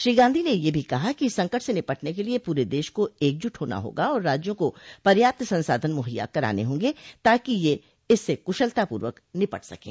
श्री गांधी ने यह भी कहा कि इस संकट से निपटने के लिए पूरे देश को एकजुट होना होगा और राज्यों को पर्याप्त संसाधन मुहैया कराने होंगे ताकि ये इससे कुशलता पूर्वक निपट सकें